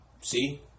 See